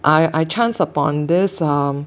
I I chanced upon this um